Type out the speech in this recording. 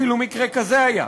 אפילו מקרה כזה היה,